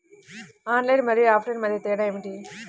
Online మరియు offline మధ్య తేడా ఏమిటీ?